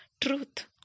truth